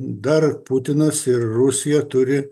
dar putinas ir rusija turi